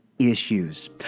Issues